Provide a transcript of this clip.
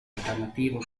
alternativo